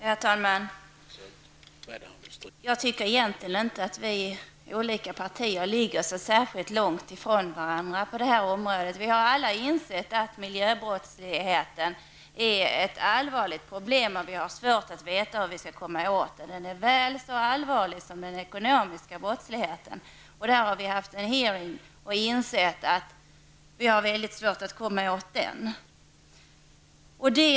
Herr talman! Jag tycker egentligen inte att partierna ligger så särskilt långt ifrån varandra på det här området. Vi har alla insett att miljöbrottsligheten är ett allvarligt problem och att vi har svårt att veta hur vi skall komma åt den. Miljöbrottsligheten är väl så allvarlig som den ekonomiska brottsligheten, och den har också behandlats under en utfrågning. Vi inser att det är väldigt svårt att komma åt miljöbrottsligheten.